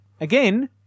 Again